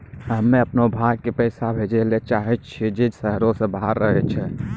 हम्मे अपनो भाय के पैसा भेजै ले चाहै छियै जे शहरो से बाहर रहै छै